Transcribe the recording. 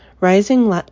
Rising